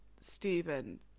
Stephen